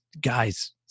guys